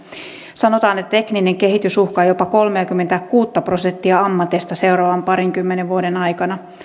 sanotaan että tekninen kehitys uhkaa jopa kolmeakymmentäkuutta prosenttia ammateista seuraavan parinkymmenen vuoden aikana